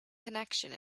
connection